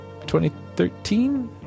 2013